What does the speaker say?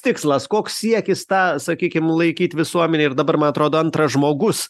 tikslas koks siekis tą sakykim laikyt visuomenėj ir dabar man atrodo antras žmogus